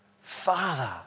Father